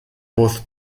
both